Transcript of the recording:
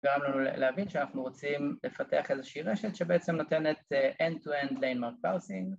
גרם לנו להבין שאנחנו רוצים לפתח איזושהי רשת שבעצם נותנת end-to-end landmark parsing